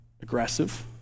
aggressive